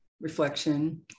reflection